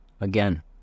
again